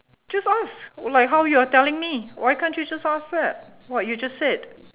just ask like how you're telling me why can't you just ask that what you just said